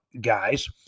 guys